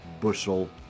bushel